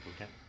Okay